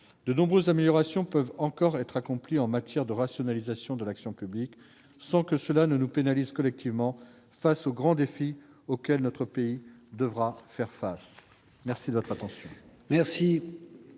De nombreuses améliorations peuvent encore être accomplies en matière de rationalisation de l'action publique, sans que cela nous pénalise collectivement face aux grands défis auxquels notre pays devra faire face. La parole est